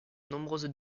nombreuses